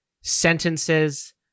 sentences